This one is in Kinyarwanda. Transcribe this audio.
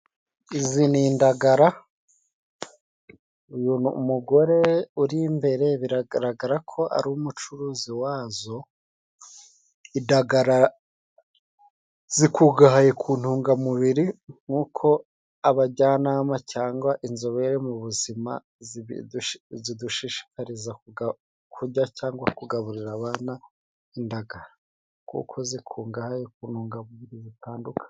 Izi ni indagara, uyu mugore uri imbere biragaragara ko ari umucuruzi wazo, indagara zikungahaye ku ntungamubiri nk'uko abajyanama cyangwa inzobere mu buzima zidushishikariza kujya cyangwa kugaburira abana indagara kuko zikungahaye ku ntungamubiri zitandukanye.